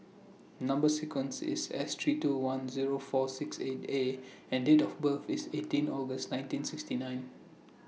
Number sequence IS S three two one Zero four six eight A and Date of birth IS eighteen August nineteen sixty nine